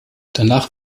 danach